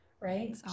right